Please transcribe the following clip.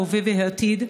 ההווה והעתיד,